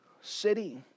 city